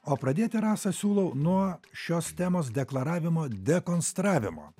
o pradėti rasa siūlau nuo šios temos deklaravimo dekonstravimo